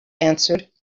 answered